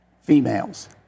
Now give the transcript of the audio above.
females